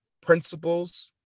principles